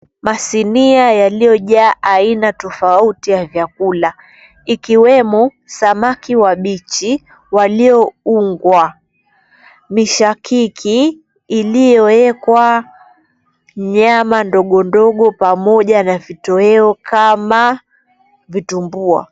Masinia yaliyojaa aina tofauti ya vyakula ikiwemo samaki wabichi walioungwa, mishakiki iliyoekwa nyama ndogo ndogo pamoja na vitoweo kama vitumbua.